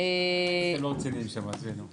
לא רציניים שם, עזבי, נו.